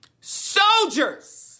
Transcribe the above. Soldiers